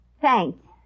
Thanks